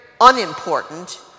unimportant